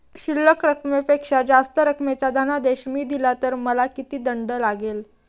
शिल्लक रकमेपेक्षा जास्त रकमेचा धनादेश मी दिला तर मला किती दंड लागेल?